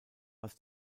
was